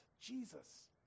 Jesus